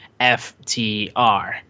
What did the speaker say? FTR